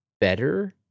better